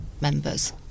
members